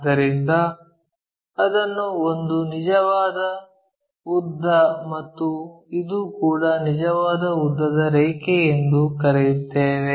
ಆದ್ದರಿಂದ ಇದನ್ನು ಒಂದು ನಿಜವಾದ ಉದ್ದ ಮತ್ತು ಇದು ಕೂಡ ನಿಜವಾದ ಉದ್ದದ ರೇಖೆ ಎಂದು ಕರೆಯುತ್ತೇವೆ